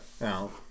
Now